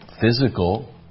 physical